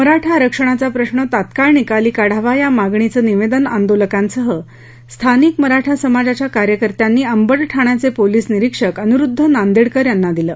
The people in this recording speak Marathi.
मराठा आरक्षणाचा प्रश्न तात्काळ निकाली काढावा या मागणीचं निवेदन आंदोलकांसह स्थानिक मराठा समाजाच्या कार्यकर्त्यांनी अंबड ठाण्याचे पोलिस निरीक्षक अनिरुद्ध नांदेडकर यांना दिलं